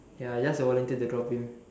ya I just volunteered to drop him